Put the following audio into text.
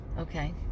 Okay